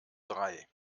drei